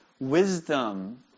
wisdom